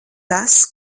tas